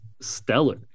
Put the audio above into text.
stellar